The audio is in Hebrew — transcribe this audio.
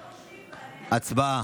הצבעה.